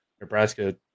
Nebraska